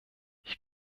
ich